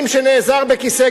של חבר הכנסת זאב בילסקי.